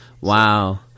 Wow